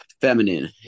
feminine